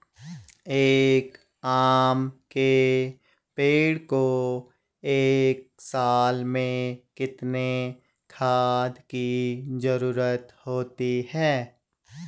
एक आम के पेड़ को एक साल में कितने खाद की जरूरत होती है?